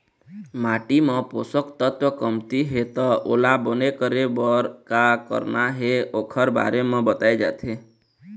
माटी म पोसक तत्व कमती हे त ओला बने करे बर का करना हे ओखर बारे म बताए जाथे